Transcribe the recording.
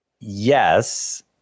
Yes